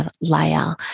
layer